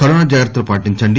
corona జాగ్రత్తలు పాటించండి